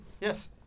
Yes